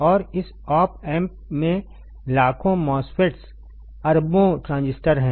और इस op amp में लाखों MOSFETs अरबों ट्रांजिस्टर हैं